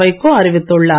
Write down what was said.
வைகோ அறிவித்துள்ளார்